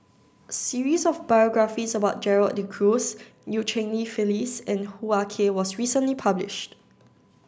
a series of biographies about Gerald De Cruz Eu Cheng Li Phyllis and Hoo Ah Kay was recently published